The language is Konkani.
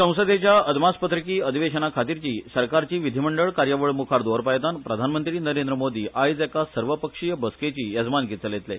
संसदेच्या अदमासपत्रकी अधिवेशनाखातीरचो सरकाराची विधीमंडळ कार्यावळ मुखार दवरपाहेतान प्रधानमंत्री नरेंद्र मोदी आयज एका सर्वपक्षीय बसकेची येजमानकी चलयतले